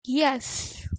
yes